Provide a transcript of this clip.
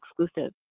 exclusive